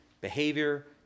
Behavior